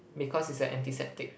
because it's a antiseptic